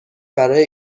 برای